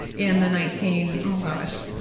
in the nineteen oh, gosh,